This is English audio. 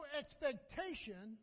expectation